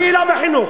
אני לא בחינוך,